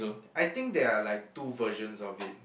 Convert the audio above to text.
I think there are like two versions of it